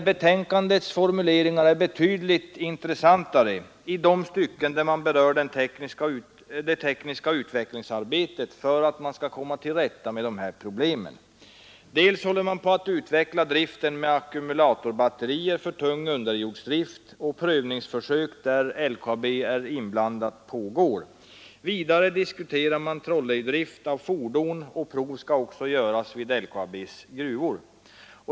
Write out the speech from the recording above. Betänkandet är betydligt intressantare i de stycken där man berör det tekniska utvecklingsarbetet för att komma till rätta med problemet. Dels håller man på att utveckla driften med ackumulatorbatterier för tung underjordsdrift, och provningsförsök där LKAB är inblandat pågår; dels diskuterar man trolleydrift av fordon, och prov skall också i det fallet göras vid LKAB:s gruvor.